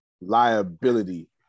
Liability